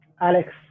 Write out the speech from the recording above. Alex